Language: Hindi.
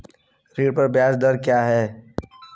ऋण पर ब्याज दर क्या है?